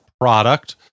product